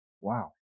Wow